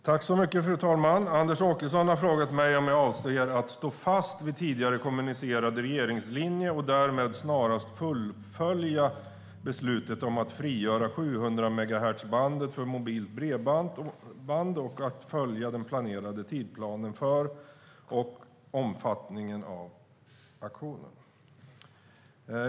Fru talman! Anders Åkesson har frågat mig om jag avser att stå fast vid tidigare kommunicerad regeringslinje och därmed snarast fullfölja beslutet om att frigöra 700-megahertzbandet för mobilt bredband och att följa den planerade tidsplanen för och omfattningen av auktionen.